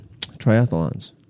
triathlons